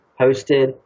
hosted